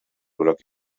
groc